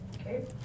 Okay